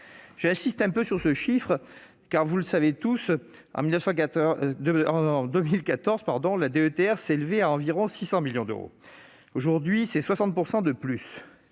J'insiste un peu sur le chiffre, car, vous le savez tous, en 2014 la DETR s'élevait à environ 600 millions d'euros : aujourd'hui, c'est 60 % de plus.